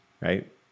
right